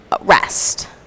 rest